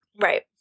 right